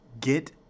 Get